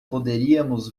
poderíamos